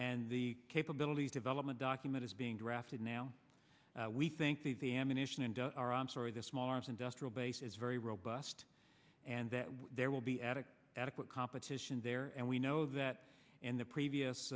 and the capability to vellum a document is being drafted now we think the the ammunition and our i'm sorry the small arms industrial base is very robust and that there will be addicts adequate competition there and we know that in the previous